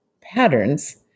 patterns